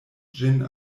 ĝin